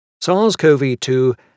SARS-CoV-2